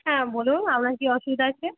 হ্যাঁ বলুন আপনার কী অসুবিধা আছে